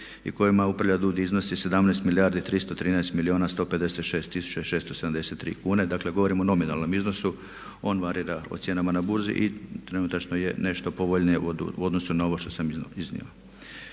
i kojima upravlja DUDI iznosi 17 milijardi 313 milijuna 156 tisuća i 673 kune. Dakle, govorim o nominalnom iznosu. On varira o cijenama na burzi i trenutačno je nešto povoljnije u odnosu na ovo što sam iznio.